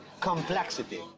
Complexity